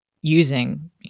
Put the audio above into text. using